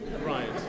Right